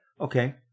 Okay